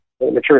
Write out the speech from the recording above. mature